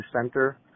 center